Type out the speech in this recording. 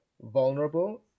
vulnerable